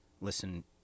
listen